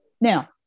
Now